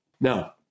Now